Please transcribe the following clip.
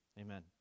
Amen